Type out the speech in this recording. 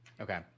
Okay